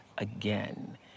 again